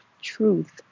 truth